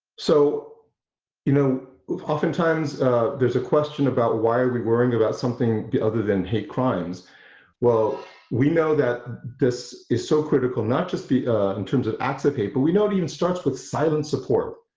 so you know oftentimes there's a question about why are we worrying about something the other than hate crimes well we know that this is so critical not just the in terms of acts of hate, but we know it even starts with silent support,